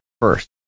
first